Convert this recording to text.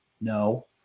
no